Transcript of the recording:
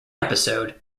episode